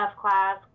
class